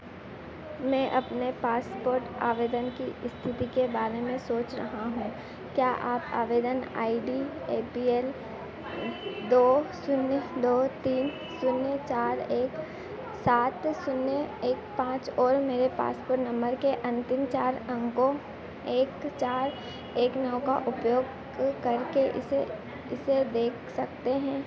मैं अपने पासपोट आवेदन की स्थिति के बारे में सोच रहा हूँ क्या आप आवेदन I D A P L दो शून्य दो तीन शून्य चार एक सात शून्य एक पाँच और मेरे पासपोर्ट नंबर के अंतिम चार अंकों एक चार एक नौ का उपयोग करके इसे इसे देख सकते हैं